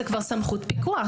זאת כבר סמכות פיקוח.